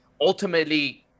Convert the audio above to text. ultimately –